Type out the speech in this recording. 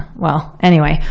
well, anyway.